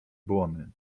błony